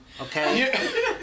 okay